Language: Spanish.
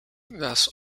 las